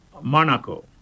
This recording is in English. Monaco